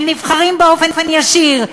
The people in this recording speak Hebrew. הם נבחרים באופן ישיר,